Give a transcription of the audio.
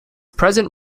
present